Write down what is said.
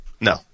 No